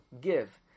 give